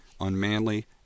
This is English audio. unmanly